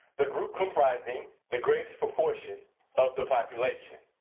the group comprising the greatest proportion of the population.